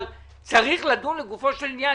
צריך לדון לגופו של עניין.